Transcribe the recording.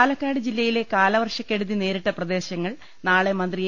പാലക്കാട് ജില്ലയിലെ കാലവർഷക്കെടുതി നേരിട്ട പ്രദേശങ്ങൾ നാളെ മന്ത്രി എ